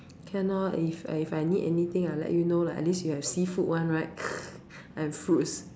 can lor if if I need anything I'll let you know lah at least you have seafood one right and fruits